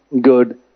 good